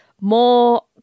more